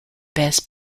best